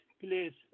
please